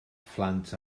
phlant